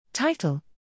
Title